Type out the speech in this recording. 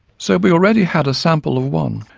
so we already had a sample of one,